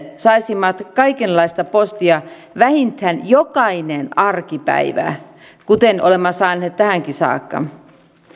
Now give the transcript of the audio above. saisimme kaikenlaista postia vähintään jokainen arkipäivä kuten olemme saaneet tähänkin saakka